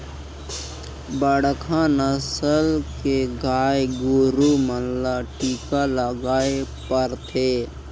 बड़खा नसल के गाय गोरु मन ल टीका लगाना परथे